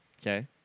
Okay